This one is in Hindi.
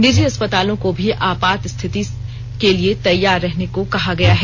निजी अस्पतालों को भी आपात स्थिति के लिए तैयार रहने को कहा गया है